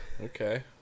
Okay